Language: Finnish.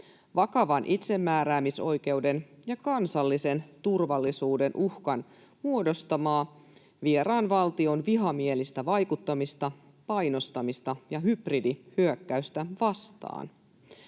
vakavan itsemääräämisoikeuden ja kansallisen turvallisuuden uhkan muodostamaa vieraan valtion vihamielistä vaikuttamista, painostamista ja hybridihyökkäystä vastaan.